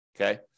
Okay